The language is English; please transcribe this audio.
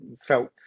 felt